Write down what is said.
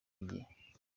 igihe